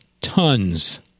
tons